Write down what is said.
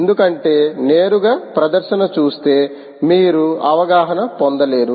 ఎందుకంటే నేరుగా ప్రదర్శన చుస్తే మీరు అవగాహన పొందలేరు